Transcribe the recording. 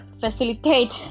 facilitate